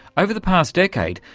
over the past decade,